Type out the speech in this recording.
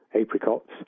apricots